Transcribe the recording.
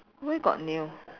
where got nail